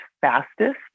fastest